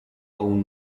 اون